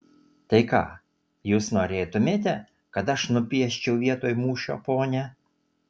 tai ką jūs norėtumėte kad aš nupieščiau vietoj mūšio ponia